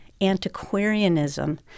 antiquarianism